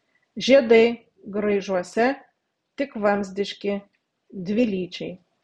žiedai graižuose tik vamzdiški dvilyčiai